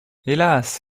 hélas